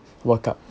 work up